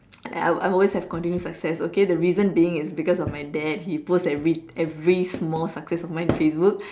I'll I'll always have continuous success okay the reason being is because of my dad he post every every small success of mine in Facebook